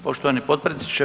Poštovani potpredsjedniče.